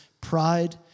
pride